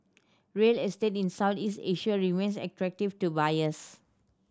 real estate Southeast Asia remains attractive to buyers